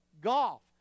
golf